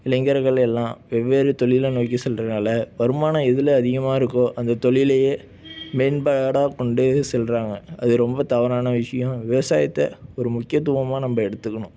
இளைஞர்கள் எல்லாம் வெவ்வேறு தொழிலை நோக்கி செல்கிறனால வருமானம் எதில் அதிகமாக இருக்கோ அந்த தொழிலையே மேன்பாடாக கொண்டு செல்கிறாங்க அது ரொம்ப தவறான விஷயம் விவசாயத்தை ஒரு முக்கியத்துவமாக நம்ம எடுத்துக்கணும்